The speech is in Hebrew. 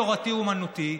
תורתי אומנותי,